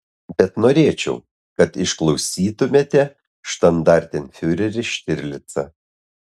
bet norėčiau kad išklausytumėte štandartenfiurerį štirlicą